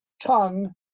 tongue